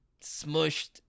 smushed